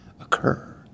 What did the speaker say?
occur